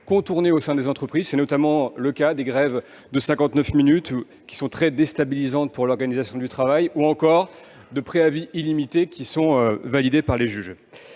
contournée au sein des entreprises. C'est notamment le cas des grèves de 59 minutes, très déstabilisantes pour l'organisation du travail, ou encore des préavis illimités, qui sont validés par les juges.